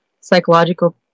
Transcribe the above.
psychological